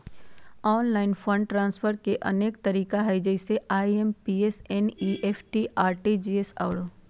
online fund transfer के अनेक तरिका हइ जइसे आइ.एम.पी.एस, एन.ई.एफ.टी, आर.टी.जी.एस आउरो